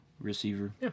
receiver